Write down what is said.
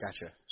Gotcha